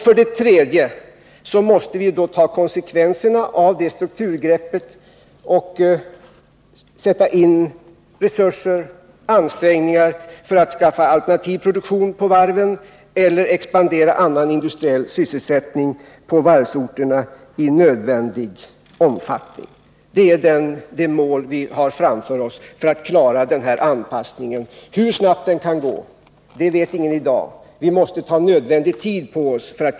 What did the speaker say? För det tredje måste vi ta konsekvenserna av detta strukturgrepp och sätta in resurser och ansträngningar för att skaffa alternativ produktion till varven eller utveckla annan industriell sysselsättning på varvsorterna i nödvändig omfattning. Detta är de mål som vi har framför oss för att klara denna anpassning. Hur snabbt den kan genomföras vet ingen i dag. Vi måste ta nödvändig tid på oss.